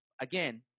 again